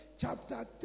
chapter